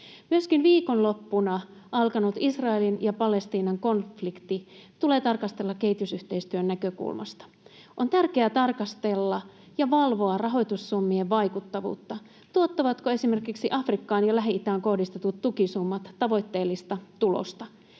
Myöskin viikonloppuna alkanut Israelin ja Palestiinan konflikti tulee tarkastella kehitysyhteistyön näkökulmasta. On tärkeää tarkastella ja valvoa rahoitussummien vaikuttavuutta, sitä, tuottavatko esimerkiksi Afrikkaan ja Lähi-itään kohdistetut tukisummat tavoitteellista tulosta.